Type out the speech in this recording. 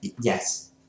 Yes